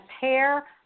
hair